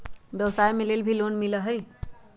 व्यवसाय के लेल भी लोन मिलहई?